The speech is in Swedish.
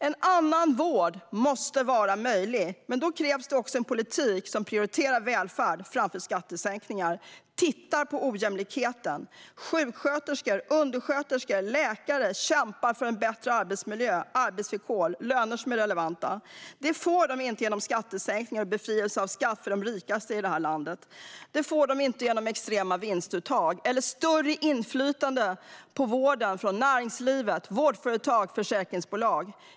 En annan vård måste vara möjlig, men då krävs en politik som prioriterar välfärd framför skattesänkningar och tittar på ojämlikheten. Sjuksköterskor, undersköterskor och läkare kämpar för bättre arbetsmiljö och arbetsvillkor och löner som är relevanta. Det får de inte genom skattesänkningar och befrielse från skatt för de rikaste i det här landet. Det får de inte genom extrema vinstuttag eller ett större inflytande över vården från näringsliv, vårdföretag och försäkringsbolag.